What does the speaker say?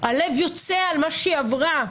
הלב יוצא על מה שהיא עברה.